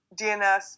DNS